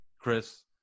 Chris